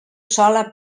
sola